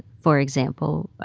for example,